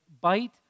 bite